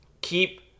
keep